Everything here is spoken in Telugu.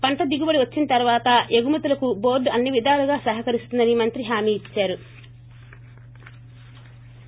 పంట దిగుబడి వచ్చిన తర్వాత ఎగుమతులకు బోర్గు అన్ని విధాలుగా సహకరిస్తుందని మంత్రి హామీ ఇచ్చారు